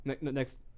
next